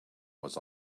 was